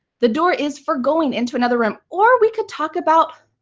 the door is for going into another room. or we could talk about